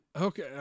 Okay